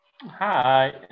hi